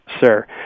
Sir